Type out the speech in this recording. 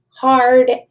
hard